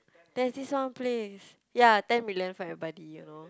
there's this some place ya ten million for everybody you know